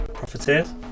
Profiteers